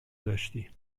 داشتی